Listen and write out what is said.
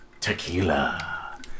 Tequila